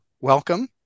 welcome